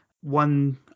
One